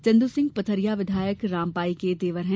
चन्द् सिंह पथरिया विधायक रामबाई के देवर हैं